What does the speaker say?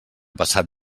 passat